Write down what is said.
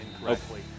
incorrectly